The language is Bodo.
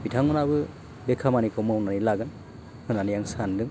बिथांमोनाबो बे खामानिखौ मावनानै लागोन होनानै आं सानदों